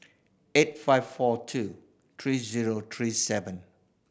eight five four two three zero three seven